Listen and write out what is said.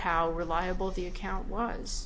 how reliable the account was